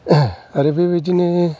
आरो बेबादिनो